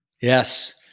Yes